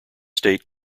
state